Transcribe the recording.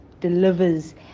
delivers